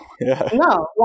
No